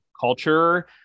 culture